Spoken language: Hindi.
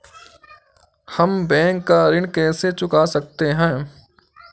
हम बैंक का ऋण कैसे चुका सकते हैं?